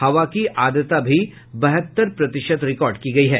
हवा की आर्द्रता भी बहत्तर प्रतिशत रिकॉर्ड की गई है